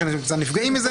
יש אנשים שקצת נפגעים מזה,